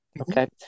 Okay